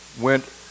went